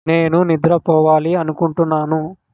నేను నిద్రపోవాలి అనుకుంటున్నాను